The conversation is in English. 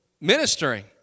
ministering